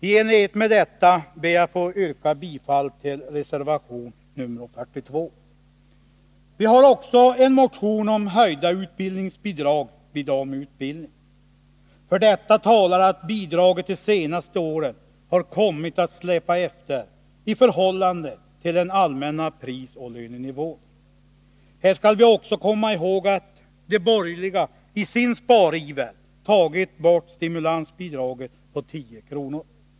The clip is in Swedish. I enlighet med detta ber jag att få yrka bifall till reservation nr 42. Vi har också väckt en motion om höjda utbildningsbidrag vid AMU utbildning. För detta talar att bidraget de senaste åren har kommit att släpa efter i förhållande till den allmänna prisoch lönenivån. Här skall vi också komma ihåg att de borgerliga i sin spariver tagit bort stimulansbidraget på 10 kr.